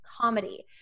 comedy